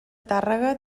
tàrrega